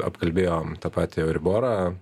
apkalbėjom tą patį euriborą